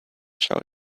showed